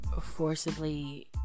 forcibly